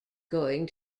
going